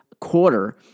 quarter